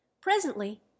Presently